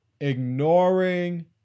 ignoring